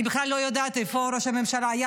אני בכלל לא יודעת איפה ראש הממשלה היה